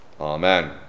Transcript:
Amen